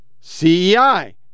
CEI